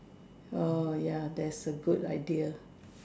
oh ya that's a good idea